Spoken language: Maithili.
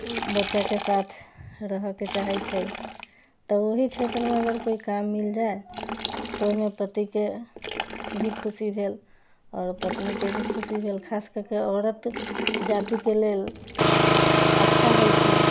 बच्चाके साथ रहऽके चाहे छै तऽ ओहि क्षेत्रमे अगर कोइ काम मिल जाइ तऽ ओहिमे पतिके भी खुशी भेल आओर पत्नीके भी खुशी भेल खास कऽ कऽ औरत जातिके लेल अच्छा होइ छै